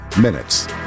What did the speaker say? minutes